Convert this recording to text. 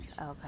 Okay